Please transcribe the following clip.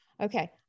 Okay